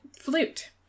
Flute